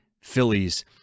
Phillies